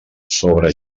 sobre